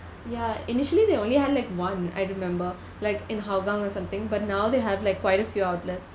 ya initially they only had like one I remember like in hougang or something but now they have like quite a few outlets